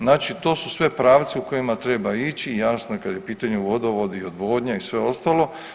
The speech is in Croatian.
Znači to su sve pravci u kojima treba ići jasno i kada je u pitanju vodovod i odvodnja i sve ostalo.